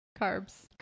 Carbs